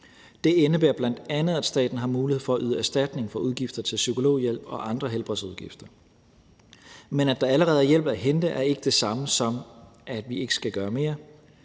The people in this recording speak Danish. Det indebærer bl.a., at staten har mulighed for at yde erstatning for udgifter til psykologhjælp og andre helbredsudgifter. Men at der allerede er hjælp at hente, er ikke det samme, som at vi ikke skal gøre mere,